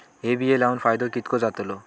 हे बिये लाऊन फायदो कितको जातलो?